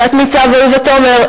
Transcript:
תת-ניצב אהובה תומר,